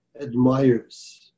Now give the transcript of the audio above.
admires